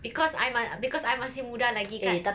because I ma~ because I masih muda lagi kan